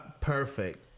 Perfect